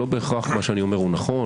לא בהכרח מה שאני אומר נכון,